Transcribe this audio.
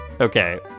Okay